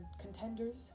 contenders